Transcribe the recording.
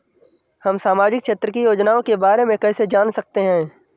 हम सामाजिक क्षेत्र की योजनाओं के बारे में कैसे जान सकते हैं?